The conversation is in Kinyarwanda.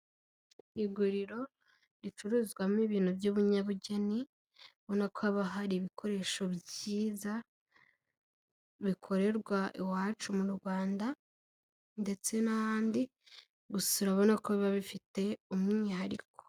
Iguriro ricuruzwamo ibintu by'ubunyabugeni, ubona ko haba hari ibikoresho byiza, bikorerwa iwacu mu Rwanda ndetse n'ahandi; gusa urabona ko biba bifite umwihariko.